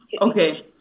Okay